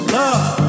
love